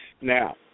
Now